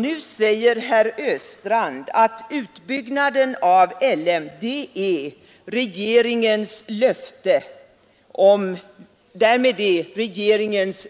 Nu säger herr Östrand att med utbyggnaden av LM är regeringens